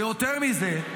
ויותר מזה,